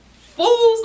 fools